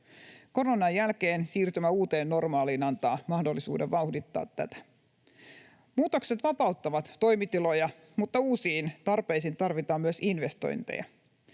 Koronan jälkeen siirtymä uuteen normaaliin antaa mahdollisuuden vauhdittaa tätä. Muutokset vapauttavat toimitiloja, mutta uusiin tarpeisiin tarvitaan myös investointeja.